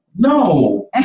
No